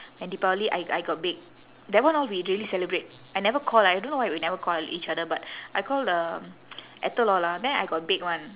and deepavali I I got bake that one all we really celebrate I never call I don't know why we never call each other but I called um ethel all ah then I got bake [one]